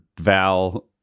Val